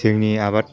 जोंनि आबाद